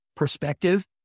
Perspective